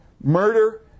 murder